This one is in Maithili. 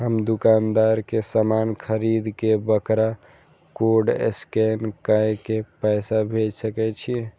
हम दुकानदार के समान खरीद के वकरा कोड स्कैन काय के पैसा भेज सके छिए?